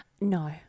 No